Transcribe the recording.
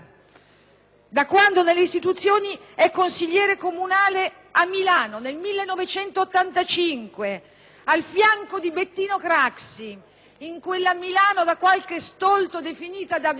da quando nelle istituzioni era consigliere comunale a Milano, nel 1985, al fianco di Bettino Craxi, in quella Milano da qualche stolto definita "da bere"